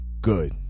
good